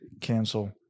cancel